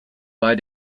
bei